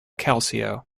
calcio